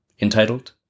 entitled